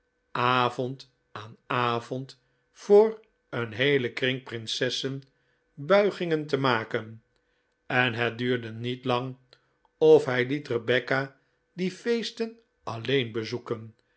avond aan avond voor een heelen kring prinsessen buigingen te maken en het duurde niet lang of hij liet rebecca die feesten alleen bezoeken